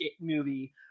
movie